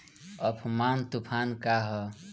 Amphan तुफान का ह?